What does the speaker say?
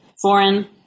foreign